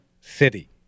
city